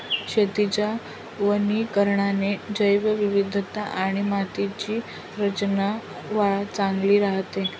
शेतीच्या वनीकरणाने जैवविविधता आणि मातीची रचना चांगली राहते